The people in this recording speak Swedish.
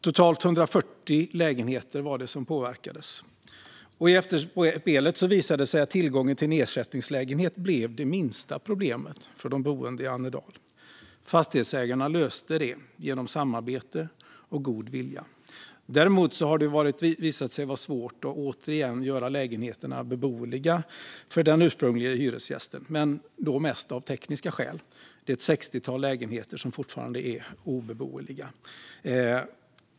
Totalt 140 lägenheter påverkades. I efterspelet visade det sig att tillgången till en ersättningslägenhet blev det minsta problemet för de boende i Annedal - fastighetsägarna löste det genom samarbete och god vilja. Däremot har det visat sig svårt att återigen göra lägenheterna beboeliga för de ursprungliga hyresgästerna, men då mest av tekniska skäl. Det är ett sextiotal lägenheter som fortfarande är obeboeliga.